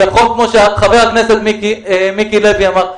כמו שחבר הכנסת מיקי לוי אמר,